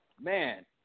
man